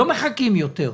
לא מחכים יותר,